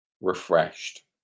refreshed